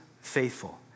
faithful